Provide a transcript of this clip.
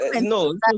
no